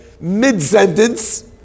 Mid-sentence